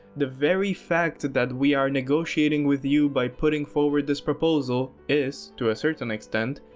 the very fact that we are negotiating with you by putting forward this proposal, is, to a certain extent,